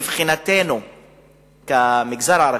מבחינתנו כמגזר הערבי,